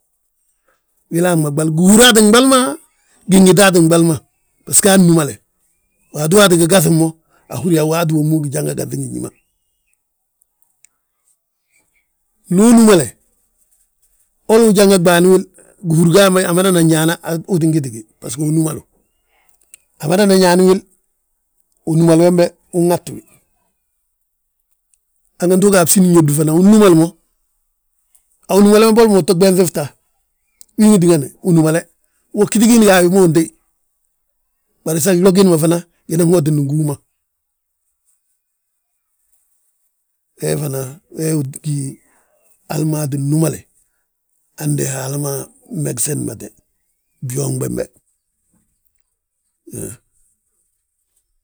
Wilaa ma ɓal, gihúra ttin ɓal ma, gin gitita ttin ɓal ma, basgo aa nnúmale. Waato waati gi gaŧi mo ahúri yaa waati wommu wi janga gaŧi ngi ñí ma. Ndu uu nnúmale, holi ujanga ɓaani wil, gihúri gi ajangana ñaana, uu ttin giti gi, basgo unúmalu; Amadana ñaani wil, unúmali wembe, unŋati wi, hanganti uga a bsín yóbdi ma fana unnúmali mo, a wu númali wembe boli ma utto ɓenŧi fta. Win wi tíngani unúmale, wo ggíti giindi ma ga a wi ma untéy, bari san glo giindi ma fana gi nan hotindi ngi hú ma. We fana wee gí, hal maa ttin númale, hande Haala mmegsedimate, byooŋ bembe, huuŋ.